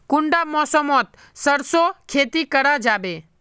कुंडा मौसम मोत सरसों खेती करा जाबे?